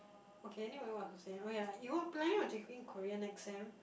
okay anyway what was I saying oh ya you're planning on taking Korean next sem